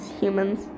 humans